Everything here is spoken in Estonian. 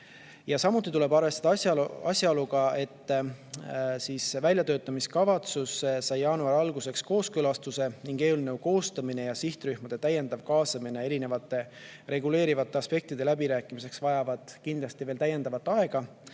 Samuti tuleb arvestada asjaoluga, et väljatöötamiskavatsus sai jaanuari alguseks kooskõlastuse ning eelnõu koostamine ja sihtrühmade täiendav kaasamine erinevate reguleerivate aspektide läbirääkimisteks vajab kindlasti täiendavat aega,